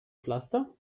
pflaster